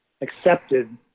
accepted